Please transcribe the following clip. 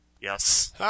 Yes